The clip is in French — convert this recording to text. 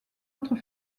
autre